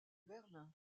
berlin